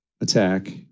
attack